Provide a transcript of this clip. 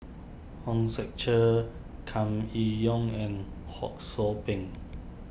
Hong Sek Chern Kam Kee Yong and Ho Sou Ping